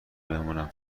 بمونم